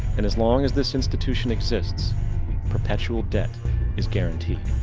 and as long as this institution exists perpetual debt is guaranteed.